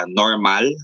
normal